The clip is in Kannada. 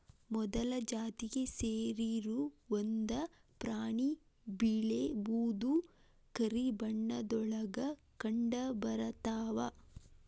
ಮೊಲದ ಜಾತಿಗೆ ಸೇರಿರು ಒಂದ ಪ್ರಾಣಿ ಬಿಳೇ ಬೂದು ಕರಿ ಬಣ್ಣದೊಳಗ ಕಂಡಬರತಾವ